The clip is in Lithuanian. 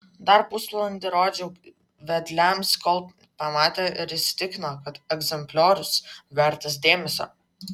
dar pusvalandį rodžiau vedliams kol pamatė ir įsitikino kad egzempliorius vertas dėmesio